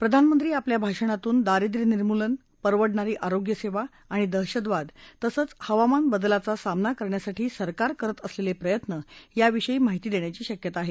प्रधानमंत्री आपल्या भाषणातून दारिद्व्य निर्मूलन परवडणारी आरोग्यसेवा आणि दहशतवाद तसंच हवामान बदलाचा सामना करण्यासाठी सरकार करत असलेले प्रयत्न याविषयी माहिती देण्याची शक्यता आहे